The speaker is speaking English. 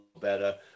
better